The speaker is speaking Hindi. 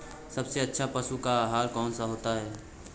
सबसे अच्छा पशुओं का आहार कौन सा होता है?